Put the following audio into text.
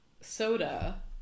soda